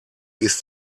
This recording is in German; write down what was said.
ist